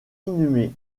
inhumé